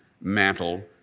mantle